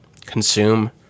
consume